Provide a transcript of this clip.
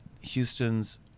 Houston's